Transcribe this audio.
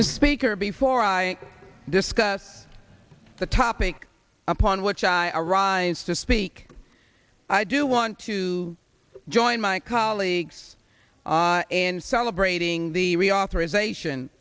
the speaker before i discuss the topic upon which i arise to speak i do want to join my colleagues and celebrating the reauthorization